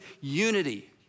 unity